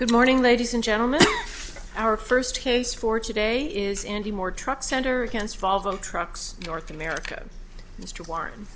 good morning ladies and gentlemen our first case for today is indeed more trucks tender against valvo trucks north america mr warren